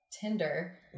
Tinder? (